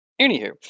Anywho